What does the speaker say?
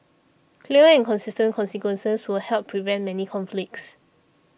clear and consistent consequences will help prevent many conflicts